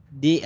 di